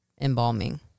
embalming